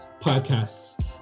Podcasts